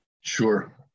Sure